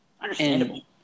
Understandable